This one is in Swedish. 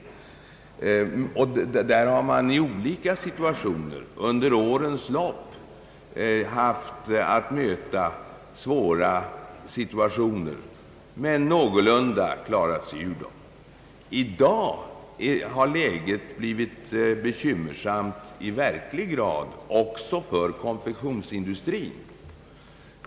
Där har man vid olika tillfällen under årens lopp haft att möta svåra situationer men någorlunda klarat sig ur dem. I dag har läget blivit verkligt bekymmersamt också för konfektionsindustrin.